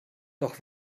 doch